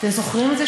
אתם זוכרים את זה,